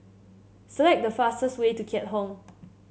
select the fastest way to Keat Hong